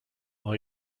are